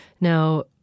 Now